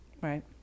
Right